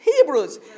Hebrews